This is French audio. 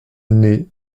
née